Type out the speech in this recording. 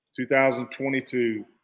2022